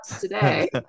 today